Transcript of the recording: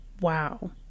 Wow